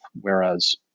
Whereas